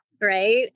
right